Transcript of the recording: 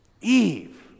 Eve